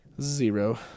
Zero